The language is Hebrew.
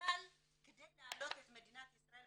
ובכלל כדי להעלות את מדינת ישראל,